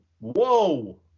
Whoa